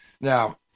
Now